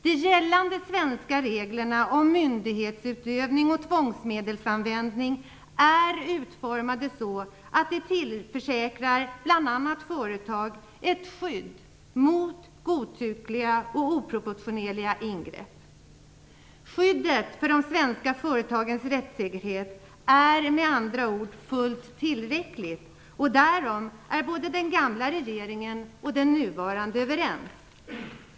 De gällande svenska reglerna om myndighetsutövning och tvångsmedelsanvändning är utformade så, att de tillförsäkrar bl.a. företag ett skydd mot godtyckliga och oproportionerliga ingrepp. Skyddet för de svenska företagen rättssäkerhet är med andra ord fullt tillräcklig. Därom är både den förra regeringen och den nuvarande överens.